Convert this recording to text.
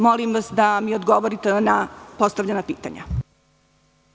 Molim vas da mi odgovorite na postavljena pitanja.